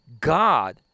God